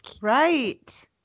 right